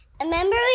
Remember